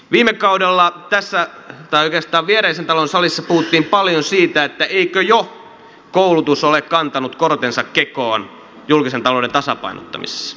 viime kaudella tässä tai oikeastaan viereisen talon salissa puhuttiin paljon siitä että eikö jo koulutus ole kantanut kortensa kekoon julkisen talouden tasapainottamisessa